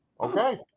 Okay